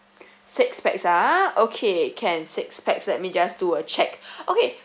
six pax ah okay can six pax let me just do a check okay